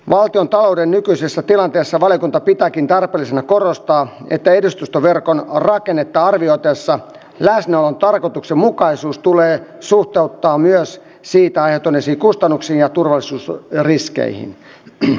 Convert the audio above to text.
valtiontalouden nykyisessä tilanteessa valiokunta pitääkin tarpeellisena korostaa että edustustoverkon rakennetta arvioitaessa läsnäolon tarkoituksenmukaisuus tulee suhteuttaa myös siitä aiheutuneisiin kustannuksiin ja turvallisuusriskeihin